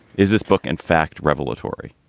is this book, in fact, revelatory?